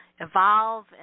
evolve